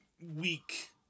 weak